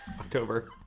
October